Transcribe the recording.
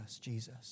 Jesus